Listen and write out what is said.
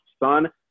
son